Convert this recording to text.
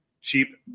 cheap